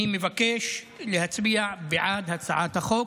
אני מבקש להצביע בעד הצעת החוק.